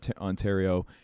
Ontario